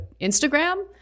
Instagram